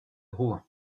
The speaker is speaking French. rouen